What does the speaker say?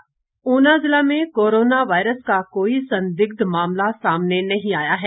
corona virus Una जिला में corona virus का कोई संदिग्ध मामला सामने नहीं आया है